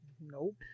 nope